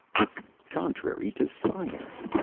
it's contrary to science.